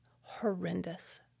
horrendous